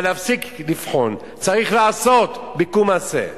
אבל להפסיק לבחון, צריך לעשות, ב"קום עשה".